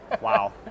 Wow